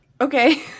Okay